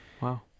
wow